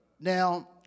Now